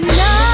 now